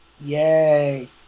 Yay